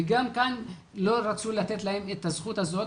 וגם כאן לא רצו לתת להם את הזכות הזאת.